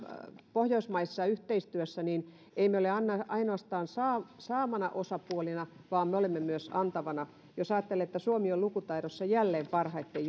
pohjoismaisessa yhteistyössä emme ole ainoastaan saavana osapuolena vaan me olemme myös antavana jos ajattelee että suomi on lukutaidossa jälleen parhaitten